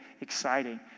exciting